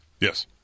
Yes